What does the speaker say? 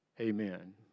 Amen